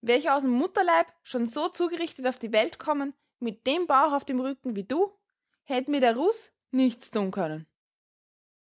wär ich aus m mutterleib schon so zugerichtet auf die welt kommen mit dem bauch auf dem rücken wie du hätt mir der russ nichts tun können